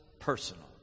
personal